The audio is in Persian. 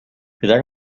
پدر